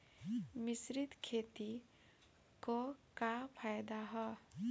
मिश्रित खेती क का फायदा ह?